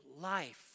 life